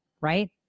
Right